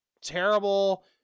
terrible